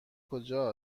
کجا